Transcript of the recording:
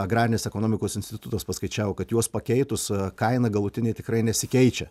agrarinės ekonomikos institutas paskaičiavo kad juos pakeitus kaina galutinė tikrai nesikeičia